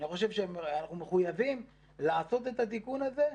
אני חושב שאנחנו מחויבים לעשות את התיקון הזה,